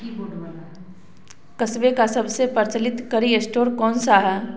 कस्बे का सबसे प्रचलित करी स्टोर कौन सा है